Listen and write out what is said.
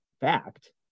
fact